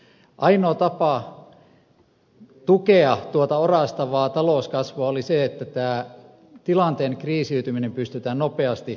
ainoa tapa tukea tuota orastavaa talouskasvua oli se että tämä tilanteen kriisiytyminen pystytään nopeasti katkaisemaan